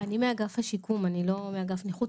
אני מאגף השיקום, אני לא מאגף נכות.